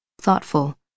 thoughtful